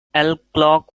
alcock